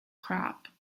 crop